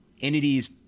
entities